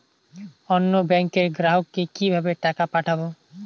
অন্য ব্যাংকের গ্রাহককে কিভাবে টাকা পাঠাবো?